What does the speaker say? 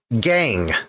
Gang